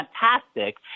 fantastic